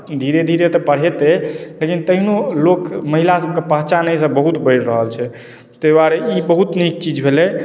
धीरे धीरे तऽ बढ़ेतै लेकिन तहिनो लोक महिलासभके पहचान एहिसँ बहुत बढ़ि रहल छै ताहि दुआरे ई बहुत नीक चीज भेलै